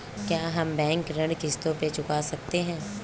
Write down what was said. क्या हम बैंक ऋण को किश्तों में चुका सकते हैं?